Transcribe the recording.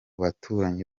baturanyi